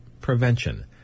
prevention